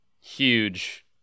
huge